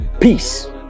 Peace